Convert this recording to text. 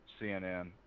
CNN